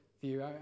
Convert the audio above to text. view